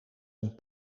een